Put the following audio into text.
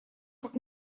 как